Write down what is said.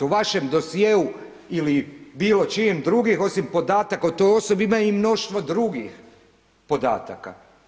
U vašem dosjeu ili bilo čijih drugih osim podataka o toj osobi ima i mnoštvo drugih podataka.